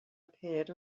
appeared